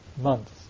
Months